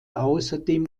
außerdem